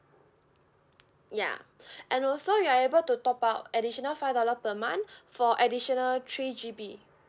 ya and also you're able to top up additional five dollar per month for additional three G_B